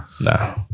nah